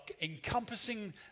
encompassing